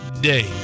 day